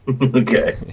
Okay